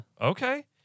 Okay